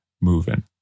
moving